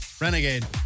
Renegade